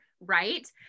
right